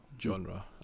genre